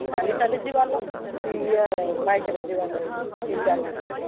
ଚାଲି ଚାଲି ଯିବା ଲୋ ସେ ଇଏ ବାଇକ୍ରେ ଯିବା ନା ଏଇନେ ବିଜାର ଗୋଟେ